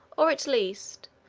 or, at least,